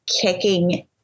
kicking